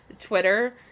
Twitter